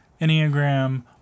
Enneagram